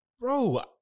Bro